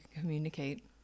communicate